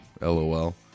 LOL